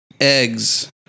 Eggs